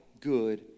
good